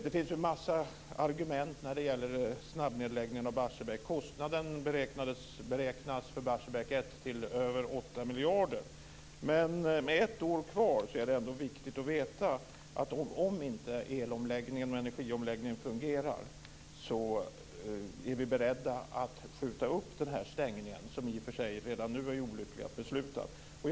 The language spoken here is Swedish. Det finns en massa argument när det gäller snabbnedläggningen av Barsebäck. Kostnaden beräknas för Barsebäck 1 till över 8 miljarder. Men med ett år kvar är det ändå viktigt att veta att om inte el och energiomläggningen fungerar är vi beredda att skjuta upp stängningen, som i och för sig redan nu är olyckligt beslutad.